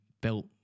built